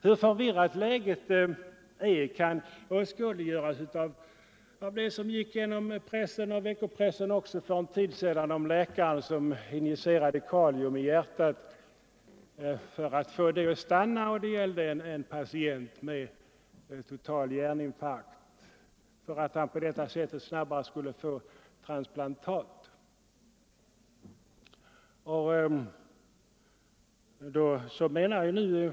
Hur förvirrat läget är kan åskådliggöras i det fall, som för en tid sedan gick genom dagsoch veckopressen, där en läkare på en patient med total hjärninfarkt injicerade kalium i hjärtat för att få detta att stanna så att han snabbare kunde få transplantat.